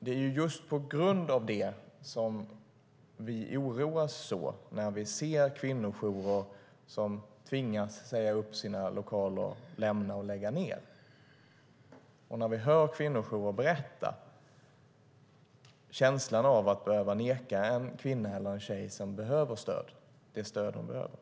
Det är just på grund av det som vi oroas så när vi ser kvinnojourer som tvingas säga upp sina lokaler, lämna och lägga ned och när vi hör kvinnojourer berätta om känslan av att behöva neka en kvinna eller en tjej som behöver stöd det stöd hon behöver.